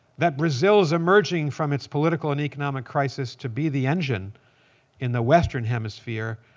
that brazil's emerging from its political and economic crisis to be the engine in the western hemisphere,